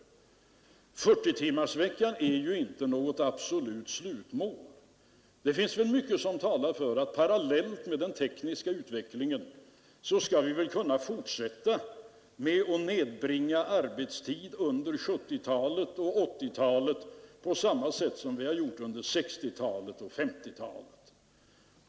40-timmarsveckan är ju inte något absolut slutmål. Det finns väl mycket som talar för att vi parallellt med den tekniska utvecklingen skall kunna fortsätta med att nedbringa arbetstiden under 1970-talet och 1980-talet på samma sätt som vi har gjort under 1960-talet och 1950-talet.